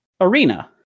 Arena